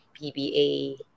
PBA